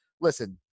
listen